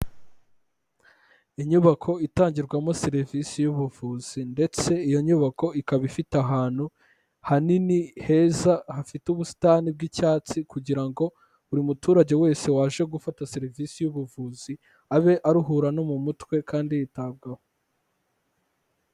Inyubako itangirwamo serivisi y'ubuvuzi, ndetse iyo nyubako ikaba ifite ahantu hanini heza, hafite ubusitani bw'icyatsi kugira ngo buri muturage wese wabashe gufata serivisi y'ubuvuzi, abe aruhura no mu mutwe kandi yitabwaho.